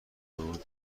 بود